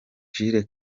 jules